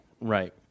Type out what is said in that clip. Right